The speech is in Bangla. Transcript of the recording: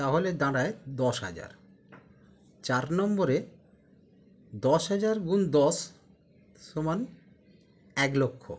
তাহলে দাঁড়ায় দশ হাজার চার নম্বরে দশ হাজার গুণ দশ সমান এক লক্ষ